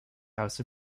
house